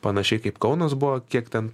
panašiai kaip kaunas buvo kiek ten